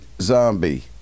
Zombie